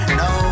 no